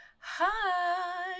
hi